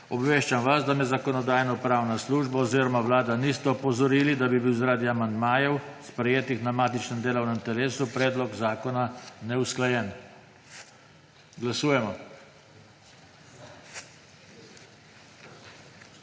Obveščam vas, da me Zakonodajno-pravna služba oziroma Vlada nista opozorili, da bi bil zaradi amandmajev, sprejetih na matičnem delovnem telesu, predlog zakona neusklajen. Glasujemo.